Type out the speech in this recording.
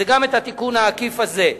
גם את התיקון העקיף הזה.